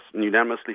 unanimously